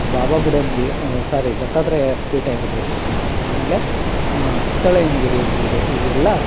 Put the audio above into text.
Bababudangiri sorry Dattatreya Peetha ಇರ್ಬೋದು ಆಮೇಲೆ ಸೀತಾಳಯ್ಯನಗಿರಿ ಇರ್ಬೋದು ಈ ಎಲ್ಲ